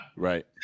Right